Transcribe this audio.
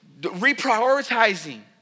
Reprioritizing